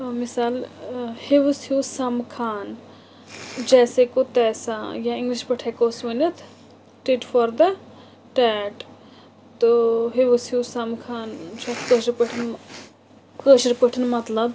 مِثال ہیوٗوُس ہیوٗ سَمکھان جیسے کو تیسا یا اِنٛگلِش پٲٹھۍ ہٮ۪کو أس ؤنِتھ ٹِٹ فار دَ ٹیٹ تہٕ ہیوٗوُس ہیوٗ سَمکھان چھِ کٲشٕر پٲٹھۍ کٲشٕر پٲٹھۍ مطلب